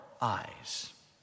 eyes